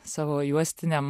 savo juostiniam